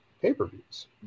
pay-per-views